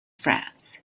france